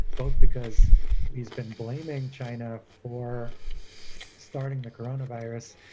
both because he's been blaming china for starting the corona virus,